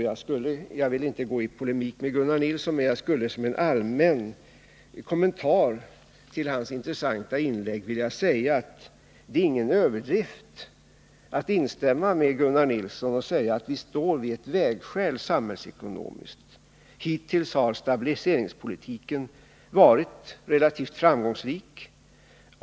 Jag vill inte gå in på en polemik med Gunnar Nilsson, men jag skulle som en allmän kommentar till hans intressanta inlägg vilja säga, att det inte är någon överdrift att instämma med Gunnar Nilsson och peka på att vi samhällsekonomiskt står inför ett vägskäl. Hittills har stabiliseringspolitiken varit relativt framgångsrik.